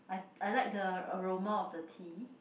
I I like the aroma of the tea